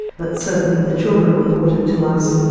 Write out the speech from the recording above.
but certainly the children reported to us,